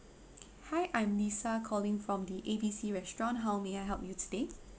hi I'm lisa calling from the A B C restaurant how may I help you today